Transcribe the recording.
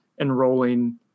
enrolling